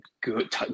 good